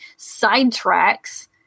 sidetracks